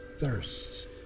thirsts